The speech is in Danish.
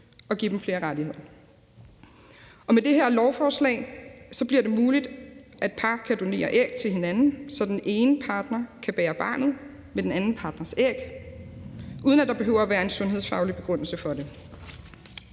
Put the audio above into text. og give dem flere rettigheder. Med det her lovforslag bliver det muligt, at par kan donere æg til hinanden, så den ene partner kan bære barnet med den anden partners æg, uden at der behøver at være en sundhedsfaglig begrundelse for det,